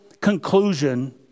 conclusion